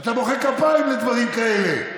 אתה מוחא כפיים לדברים כאלה.